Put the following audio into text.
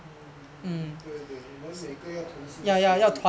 mm mm mm mm mm 对对我们每个要同心协力